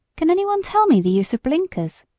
can any one tell me the use of blinkers?